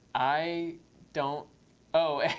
i don't oh,